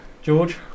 George